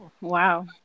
Wow